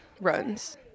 runs